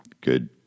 Good